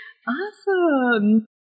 Awesome